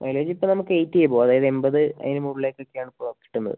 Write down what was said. mileage ഇപ്പം നമുക്ക് eighty above അതായത് എമ്പത് അതിന് മുകളിലേക്ക് ഒക്കെ ആണ് പോവാ പെട്ടെന്ന്